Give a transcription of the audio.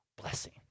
blessing